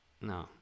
No